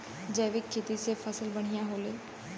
जैविक खेती से फसल बढ़िया होले